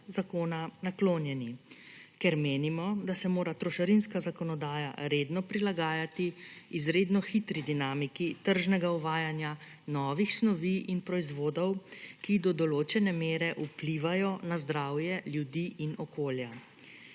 zakona naklonjeni, ker menimo, da se mora trošarinska zakonodaja redno prilagajati izredno hitri dinamiki tržnega uvajanja novih snovi in proizvodov, ki do določene mere vplivajo na zdravje ljudi in okolja.